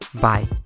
Bye